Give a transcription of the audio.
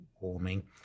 warming